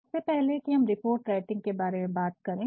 अब इससे पहले कि हम रिपोर्ट राइटिंग के बारे में बात करें